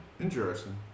Interesting